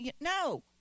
No